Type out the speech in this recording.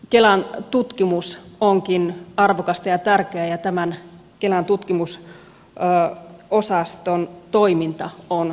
kelan tutkimus onkin arvokasta ja tärkeää ja tämän kelan tutkimusosaston toiminta on turvattava jatkossakin